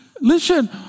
Listen